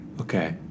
okay